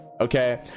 okay